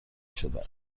شده